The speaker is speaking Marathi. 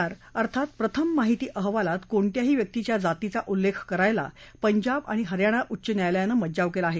आर अर्थात प्रथम माहिती अहवालात कोणत्याही व्यक्तीच्या जातीचा उल्लेख करायला पंजाब आणि हरयाणा उच्च न्यायालयानं मज्जाव केला आहे